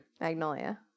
Magnolia